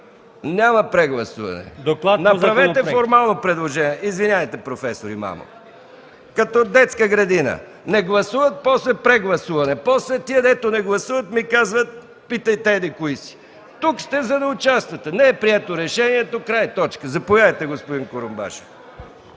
Няма прегласуване., направете формално предложение. Като в детската градина – не гласуват, после прегласуване. После тези, дето не гласуват, ми казват: питайте еди-кои си. Тук сте, за да участвате. Не е прието решението, край, точка. Заповядайте, господин Курумбашев.